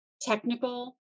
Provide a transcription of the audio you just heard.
technical